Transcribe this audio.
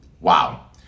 Wow